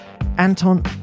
Anton